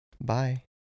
Bye